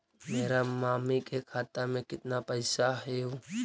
मेरा मामी के खाता में कितना पैसा हेउ?